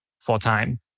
full-time